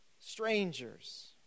strangers